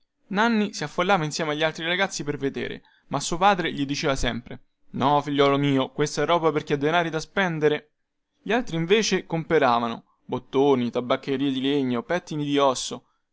nanni si affollava insieme agli altri ragazzi per vedere ma suo padre gli diceva sempre no figliuolo mio questa roba è per chi ha denari da spendere gli altri invece comperavano bottoni tabacchiere di legno pettini di osso